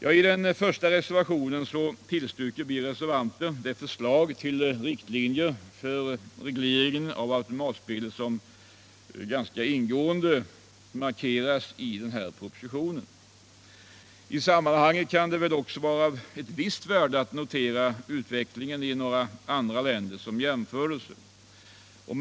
I den första reservationen tillstyrker vi reservanter det förslag till riktlinjer för regleringen av automatspelet som framläggs i propositionen. I sammanhanget kan det vara av ett visst värde att notera utvecklingen i några andra länder som jämförelse.